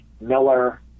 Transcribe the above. Miller